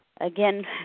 Again